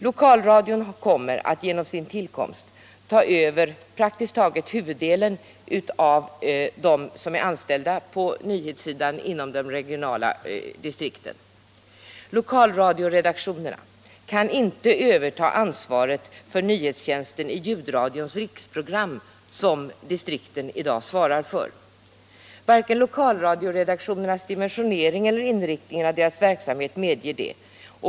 Lokalradion skall vid sin tillkomst ta över huvuddelen av de anställda på nyhetssidan inom de regionala distrikten. Eokalradioredaktionerna kan inte överta ansvaret för nyhetstjänsten i ljudradions riksprogram. som distrikten i dag svarar för. Varken lokalradioredaktionernas dimensionering eller inriktningen av deras verksamhet medger det.